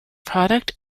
product